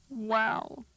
wow